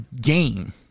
game